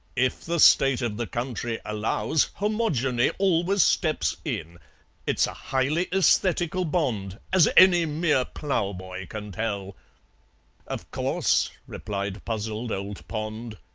if the state of the country allows, homogeny always steps in it's a highly aesthetical bond, as any mere ploughboy can tell of course, replied puzzled old pond.